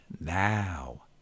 now